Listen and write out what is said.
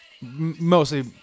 mostly